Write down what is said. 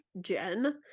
Jen